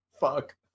Fuck